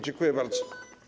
Dziękuję bardzo.